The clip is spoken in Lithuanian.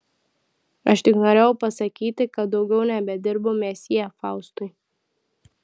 aš tik norėjau pasakyti kad daugiau nebedirbu mesjė faustui